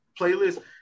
playlist